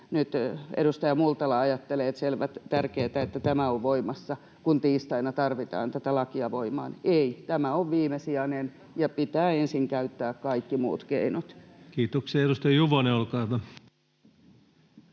nyt edustaja Multala ajattelee, että selvä, tärkeintä, että tämä on voimassa, kun tiistaina tarvitaan tätä lakia voimaan. Ei, tämä on viimesijainen, ja pitää ensin käyttää kaikki muut keinot. [Sari Multala: Kyllä,